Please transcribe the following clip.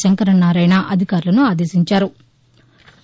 శంకరనారాయణ అధికారులను ఆదేశించారు